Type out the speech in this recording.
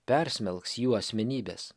persmelks jų asmenybes